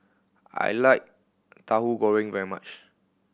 I like Tahu Goreng very much